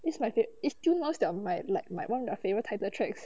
this is my fav~ is still now my like like my [one] of their favourite titles track